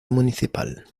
municipal